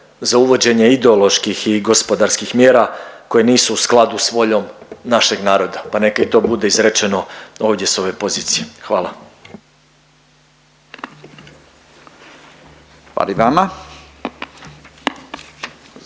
za uvođenje ideoloških i gospodarskih mjera koje nisu u skladu s voljom našeg naroda, pa neka i to bude izrečeno ovdje s ove pozicije. Hvala. **Radin,